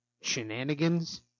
shenanigans